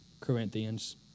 Corinthians